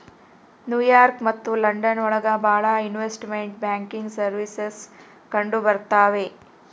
new York ಮತ್ತು London ಒಳಗ ಭಾಳ ಇನ್ವೆಸ್ಟ್ಮೆಂಟ್ ಬ್ಯಾಂಕಿಂಗ್ ಸರ್ವೀಸಸ್ ಕಂಡುಬರ್ತವೆ